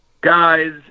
guys